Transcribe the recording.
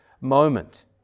moment